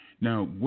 Now